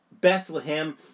Bethlehem